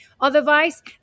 otherwise